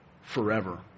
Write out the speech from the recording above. forever